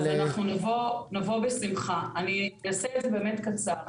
אז אנחנו נבוא בשמחה, אני אעשה את זה באמת קצר.